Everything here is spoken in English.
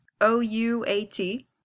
O-U-A-T